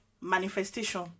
Manifestation